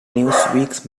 newsweek